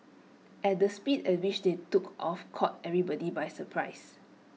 at the speed at which they took off caught everybody by surprise